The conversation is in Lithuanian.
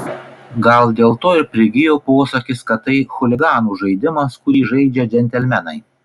gal dėl to ir prigijo posakis kad tai chuliganų žaidimas kurį žaidžia džentelmenai